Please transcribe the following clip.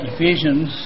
Ephesians